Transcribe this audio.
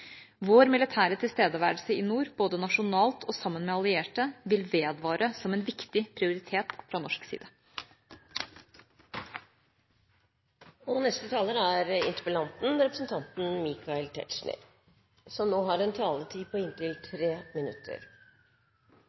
Vår militære tilstedeværelse i nord, både nasjonalt og sammen med allierte, vil vedvare som en viktig prioritet fra norsk side. Jeg vil takke statsråden for et interessant og fyllestgjørende svar. Det er betryggende at vi deler situasjonsanalysen. Dette har